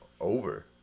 over